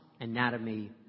anatomy